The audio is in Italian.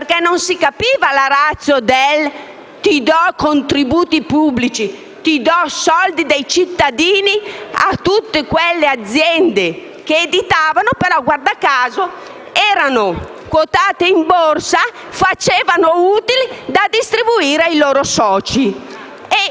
perché non si capiva la *ratio* di dare contributi pubblici e soldi dei cittadini a tutte quelle aziende che editavano. Però, guarda caso, erano quotate in borsa e facevano utili da distribuire ai loro soci.